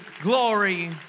glory